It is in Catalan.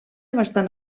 bastant